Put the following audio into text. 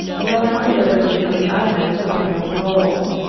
were allowed the liberty of the island upon their parole.